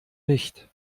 nicht